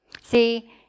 See